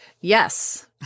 Yes